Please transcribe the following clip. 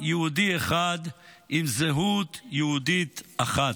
עם יהודי אחד עם זהות יהודית אחת.